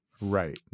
Right